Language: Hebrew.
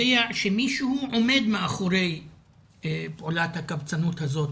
יודע שמישהו עומד מאחורי פעולת הקבצנות הזאת,